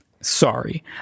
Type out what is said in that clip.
Sorry